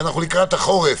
שאנחנו לקראת החורף,